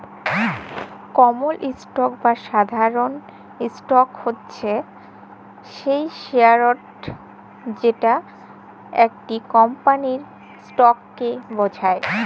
কমল stock বা সাধারল stock হছে সেই শেয়ারট যেট ইকট কমপালির ইসটককে বুঝায়